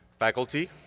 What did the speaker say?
faculty,